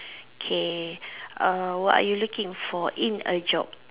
K uh what are you looking for in a job